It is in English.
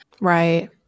Right